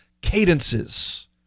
cadences